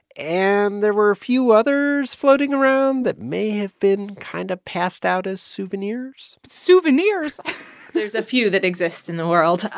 and there were a few others floating around that may have been kind of passed out as souvenirs souvenirs there's a few that exist in the world.